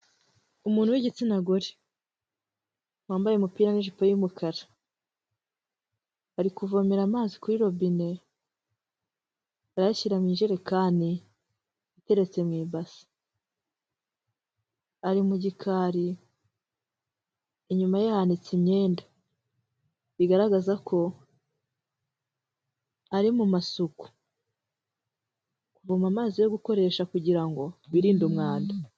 Umuntu w'igitsina gore. Wambaye umupira n'ijipo y'umukara. Ari kuvomera amazi kuri robine ayashyira mu ijerekane iteretse mu ibase. Ari mu gikari, inyuma ye hanitse imyenda. Bigaragaza ko ari mu masuku. Ari kuvoma amazi yo gukoresha kugira ngo birinde umwanda.